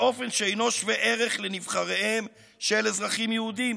באופן שאינו שווה ערך לנבחריהם של אזרחים יהודים.